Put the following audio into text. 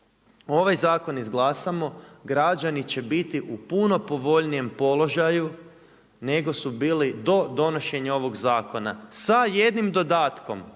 ovaj zakon izglasamo, građani će biti u puno povoljnijem položaju nego su bili do donošenja ovog zakona. Sa jednim dodatkom,